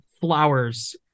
flowers